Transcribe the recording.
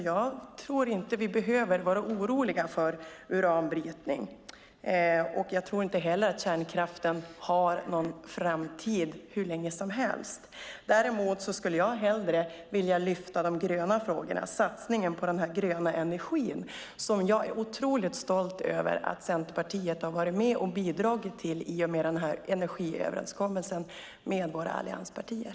Jag tror alltså inte att vi behöver vara oroliga för uranbrytning. Jag tror inte heller att kärnkraften har en framtid hur länge som helst. Däremot skulle jag hellre vilja lyfta fram de gröna frågorna och satsningen på den gröna energin som jag är otroligt stolt över att Centerpartiet har varit med och bidragit till i och med energiöverenskommelsen med våra allianspartier.